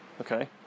Okay